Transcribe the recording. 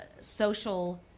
social